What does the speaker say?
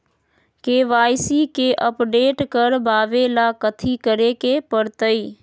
KYC के update करवावेला कथि करें के परतई?